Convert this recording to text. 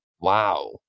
Wow